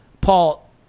Paul